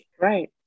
Right